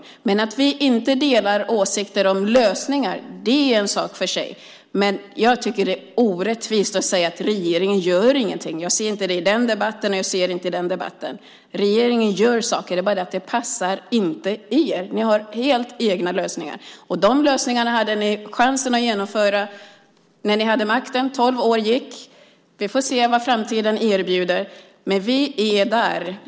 Att vi här i debatten inte delar åsikter om lösningarna är en sak för sig, men jag tycker att det är orättvist att säga att regeringen inte gör någonting, att man inte ser det i den ena eller i den andra debatten. Regeringen gör saker, det är bara det att det inte passar er. Ni har helt egna lösningar. De lösningarna hade ni chansen att genomföra när ni hade makten - tolv år gick. Vi får se vad framtiden erbjuder. Men vi är där.